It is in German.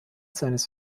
seines